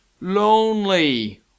Lonely